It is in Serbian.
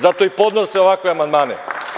Zato i podnose ovakve amandmane.